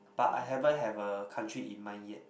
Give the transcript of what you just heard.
but I haven't have a country in mind yet